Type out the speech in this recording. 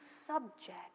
subject